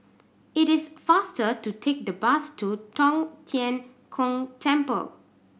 it is faster to take the bus to Tong Tien Kung Temple